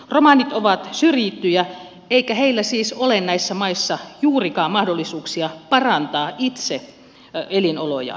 romanit ovat syrjittyjä eikä heillä siis ole näissä maissa juurikaan mahdollisuuksia parantaa itse elinolojaan